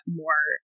more